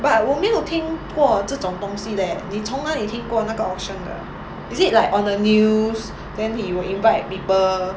but 我没有听过这种东西 leh 你从哪里听过那个 auction 的 is it like on the news then he will invite people